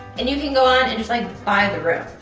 and, you can go on and just, like, buy the room.